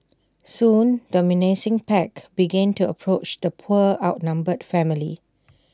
soon the menacing pack began to approach the poor outnumbered family